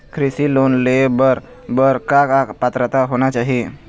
कृषि लोन ले बर बर का का पात्रता होना चाही?